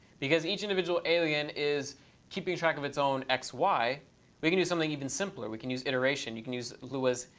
because each individual alien is keeping track of its own x, y we can do something even simpler. we can use iteration. you can use lua's